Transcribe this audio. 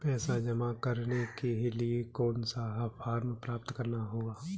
पैसा जमा करने के लिए कौन सा फॉर्म प्राप्त करना होगा?